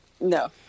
No